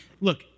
Look